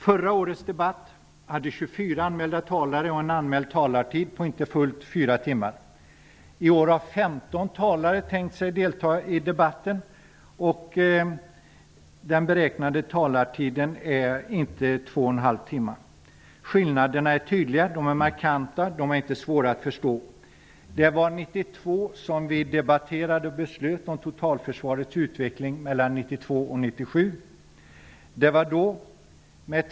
Förra årets debatt hade 24 anmälda talare, och den anmälda talartiden var inte fullt fyra timmar. I år har 15 talare tänkt delta i debatten. Den beräknade talartiden är knappt två och en halv timme. Skillnaden är markant och inte svår att förstå. 1992 debatterade vi och beslöt om totalförsvarets utveckling mellan 1992 och 1997.